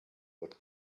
what